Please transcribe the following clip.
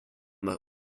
the